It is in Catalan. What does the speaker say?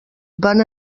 van